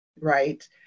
right